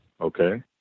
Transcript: Okay